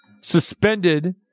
suspended